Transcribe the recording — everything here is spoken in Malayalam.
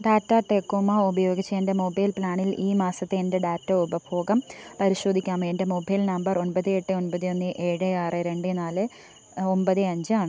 ടാറ്റ തേകോമോ ഉപയോഗിച്ച് എൻ്റെ മൊബൈൽ പ്ലാനിൽ ഈ മാസത്തെ എൻ്റെ ഡാറ്റ ഉപഭോഗം പരിശോധിക്കാമോ എൻ്റെ മൊബൈൽ നമ്പർ ഒൻപത് എട്ട് ഒൻപത് ഒന്ന് ഏഴ് ആറ് രണ്ട് നാല് ഒമ്പത് അഞ്ച് ആണ്